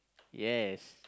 yes